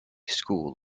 school